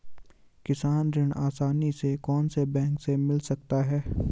किसान ऋण आसानी से कौनसे बैंक से मिल सकता है?